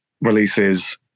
releases